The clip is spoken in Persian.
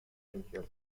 امتیاز